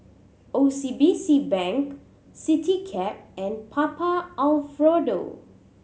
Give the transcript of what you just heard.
O C B C Bank Citycab and Papa Alfredo